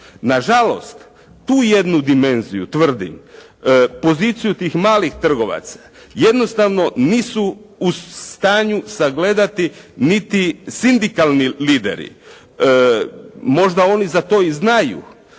Na žalost tu jednu dimenziju tvrdim, poziciju tih malih trgovaca jednostavno nisu u stanju sagledati niti sindikalni lideri. Možda oni za to i znaju,